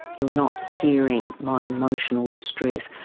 you're not hearing my emotional distress,